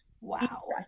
Wow